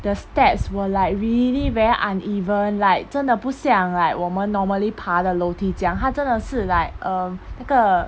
the steps were like really very uneven like 真的不想 like 我们 normally 爬的楼梯这样他真的是 like um 那个